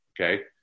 okay